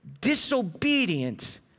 disobedient